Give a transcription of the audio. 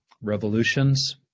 revolutions